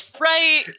Right